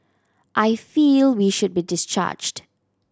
I feel we should be discharged